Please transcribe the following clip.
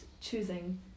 choosing